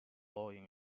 allowing